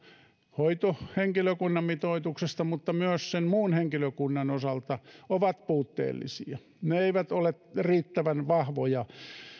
hoitohenkilökunnan mitoituksesta mutta myös sen muun henkilökunnan osalta ovat puutteellisia ne eivät ole riittävän vahvoja